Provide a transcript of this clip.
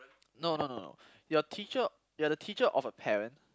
no no no you are teacher you are the teacher of a parent